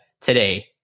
today